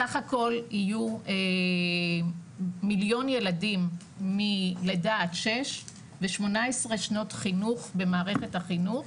סך הכל יהיו ילדים מלידה עד שש ו- 18 שנות חינוך במערכת החינוך,